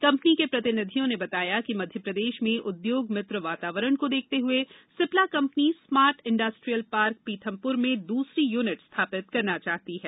company के प्रतिनिधियों ने बताया कि मध्यप्रदेश में उद्योग मित्र वातावरण को देखते हुए Cipla company smart industrial park Pithampur में दूसरी यूनिट स्थापित करना चाहती है